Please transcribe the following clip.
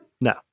no